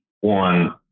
one